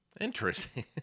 Interesting